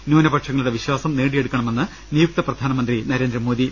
ന്യൂനപക്ഷങ്ങളുടെ വിശ്വാസം നേടിയെട്ടുക്കണ്മെന്ന് നിയുക്ത പ്രധാനമന്ത്രി നരേന്ദ്രമോദി